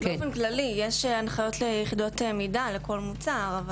באופן כללי יש הנחיות ליחידות מידה לכל מוצר.